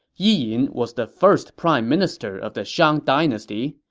yi yin was the first prime minister of the shang dynasty,